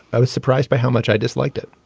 i was surprised by how much i disliked it.